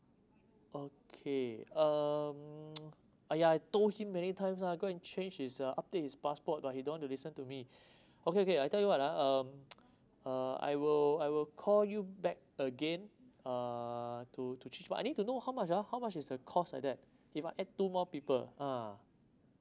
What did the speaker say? okay um !aiya! I told him many times ah go and change his uh update his passport ah he don't want to listen to me okay okay I tell you what um uh uh I will I will call you back again uh to to ch~ I need to know how much ah how much is the cost like that if I add two more people ah